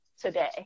today